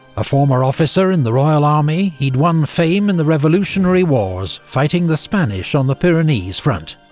a former officer in the royal army, he'd won fame in the revolutionary wars, fighting the spanish on the pyrenees front.